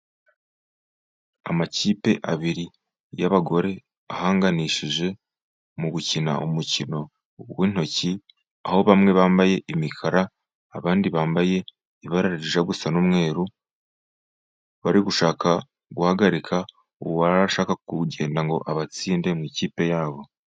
Amakipe abiri y' abagore ahanganishije, mu gukina umukino w' intoki, aho bamwe bambaye imikara, abandi bambaye ibara rijya gusa n' umweru bari gushaka guhagarika, uwashaka kugenda ngo abatsinde mu ikipe yabo.